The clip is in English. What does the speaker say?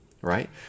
right